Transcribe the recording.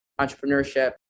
entrepreneurship